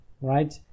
right